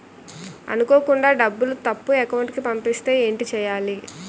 అనుకోకుండా డబ్బులు తప్పు అకౌంట్ కి పంపిస్తే ఏంటి చెయ్యాలి?